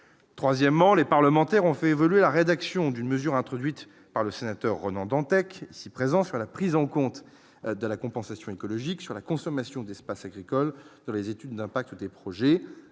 troisièmement, les parlementaires ont fait évoluer la rédaction d'une mesure introduite par le sénateur Ronan Dantec, si présent sur la prise en compte de la compensation écologique sur la consommation d'espace agricole dans les études d'impact des projets,